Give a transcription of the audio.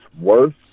worse